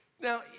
Now